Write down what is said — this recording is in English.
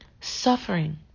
suffering